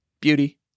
Beauty